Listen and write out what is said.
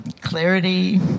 clarity